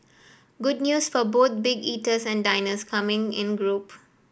good news for both big eaters and diners coming in group